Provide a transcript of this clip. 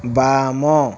ବାମ